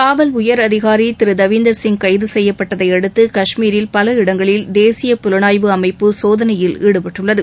காவல் உயர் அதிகாரி திரு தவீந்தர் சிங் கைது செய்யப்பட்டதையடுத்து கஷ்மீரில் பல இடங்களில் தேசிய புலனாய்வு அமைப்பு சோதனையில் ஈடுபட்டுள்ளது